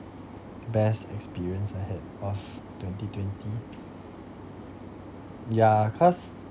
best experience I had of twenty twenty yeah cause